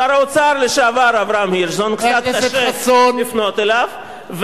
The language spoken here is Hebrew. שר האוצר לשעבר אברהם הירשזון קצת קשה לפנות אליו,